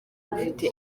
mufite